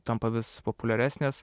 tampa vis populiaresnės